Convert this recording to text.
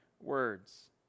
words